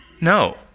no